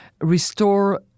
restore